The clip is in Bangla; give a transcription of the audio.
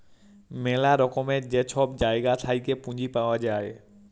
ম্যালা রকমের যে ছব জায়গা থ্যাইকে পুঁজি পাউয়া যায়